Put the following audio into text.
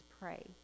pray